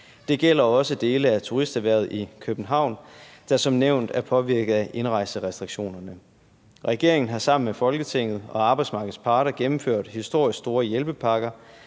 Det gælder også dele af turisterhvervet i København, der som nævnt er påvirket af indrejserestriktionerne. Regeringen har sammen med Folketinget og arbejdsmarkedets parter gennemført historisk store hjælpepakker,